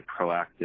proactive